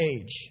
age